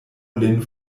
lin